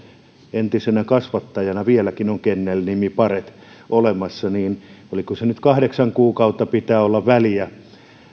entisenä kasvattajana vieläkin on kennelnimi paret olemassa että oliko se niin että kahdeksan kuukautta pitää olla väliä